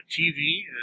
TV